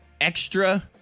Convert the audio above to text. extra